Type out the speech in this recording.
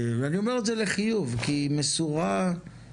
ואני אומר את זה לחיוב, כי היא מסורה למשימתה.